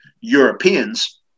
Europeans